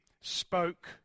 spoke